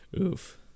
Oof